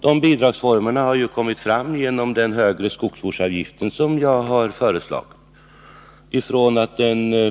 De bidragsformerna har kommit fram i den högre skogsvårdsavgift som jag har föreslagit.